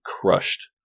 crushed